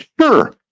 Sure